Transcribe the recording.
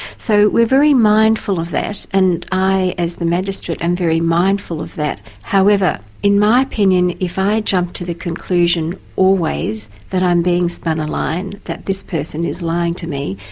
so we're very mindful of that, and i as the magistrate am very mindful of that. however, in my opinion, if i jump to the conclusion always that i'm being spun a line, that this person is lying to me,